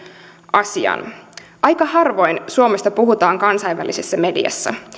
asian että aika harvoin suomesta puhutaan kansainvälisessä mediassa